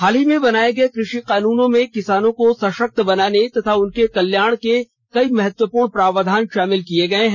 हाल ही में बनाए गए कृषि कानूनों में किसानों को सशक्त बनाने तथा उनके कल्याण के कई महत्वपूर्ण प्रावधान शामिल किये गए हैं